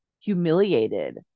humiliated